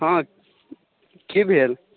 हँ की भेल